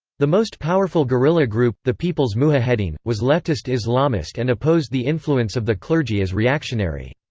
the most powerful guerrilla group the people's mujahedin was leftist islamist and opposed the influence of the clergy as reactionary.